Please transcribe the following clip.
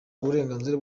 uburenganzira